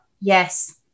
Yes